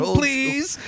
please